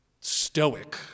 stoic